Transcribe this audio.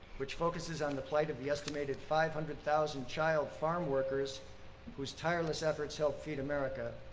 which focuses on the plight of the estimated five hundred thousand child farmworkers whose tireless efforts help feed america,